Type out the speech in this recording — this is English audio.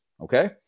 okay